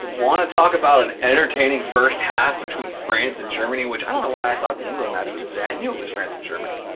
want to talk about an entertaining first half between france and germany, which i don't know why i thought the england match was today, i knew it was france and germany.